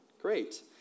Great